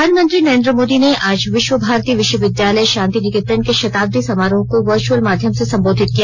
प्रधानमंत्री नरेन्द्र मोदी ने आज विश्व भारती विश्वविद्यालय शांति निकेतन के शताब्दी समारोह को वर्चुअल माध्यम से सम्बोधित किया